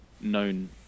known